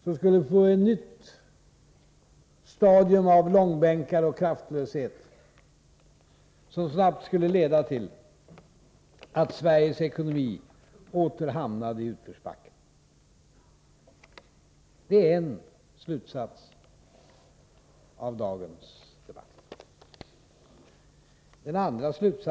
skulle det bli ett nytt stadium av långbänkar och kraftlöshet, som snabbt skulle leda till att Sveriges ekonomi åter hamnade i utförsbacke. Det är den första slutsats som man kan dra av dagens debatt.